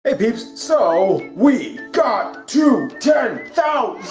hey peeps. so, we got to ten thousand!